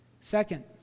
Second